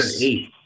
eight